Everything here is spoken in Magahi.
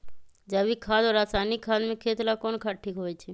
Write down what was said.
जैविक खाद और रासायनिक खाद में खेत ला कौन खाद ठीक होवैछे?